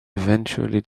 eventually